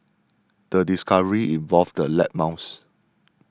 the discovery involved the lab mouse